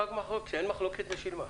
שאין מחלוקת ששילמה.